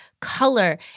color